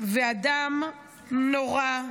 ואדם נורא,